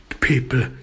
people